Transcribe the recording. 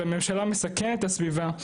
והממשלה מסכנת את הסביבה,